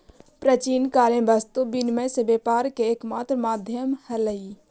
प्राचीन काल में वस्तु विनिमय से व्यापार के एकमात्र माध्यम हलइ